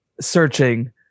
searching